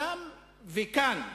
שם וכאן.